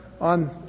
on